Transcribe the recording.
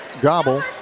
gobble